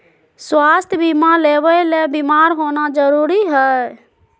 स्वास्थ्य बीमा लेबे ले बीमार होना जरूरी हय?